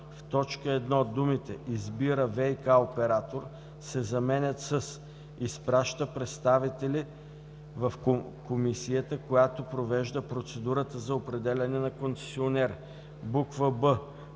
в т. 1 думите „избира ВиК оператор“ се заменят с „изпраща представители в комисията, която провежда процедурата за определяне на концесионер“; б) в т.